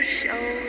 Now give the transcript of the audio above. show